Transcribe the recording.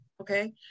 Okay